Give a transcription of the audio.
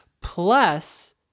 plus